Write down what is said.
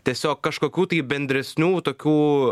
tiesiog kažkokių tai bendresnių tokių